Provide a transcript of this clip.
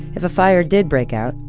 if a fire did break out,